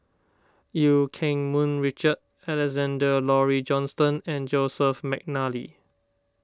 Eu Keng Mun Richard Alexander Laurie Johnston and Joseph McNally